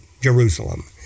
Jerusalem